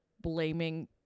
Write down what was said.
blaming